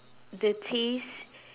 the taste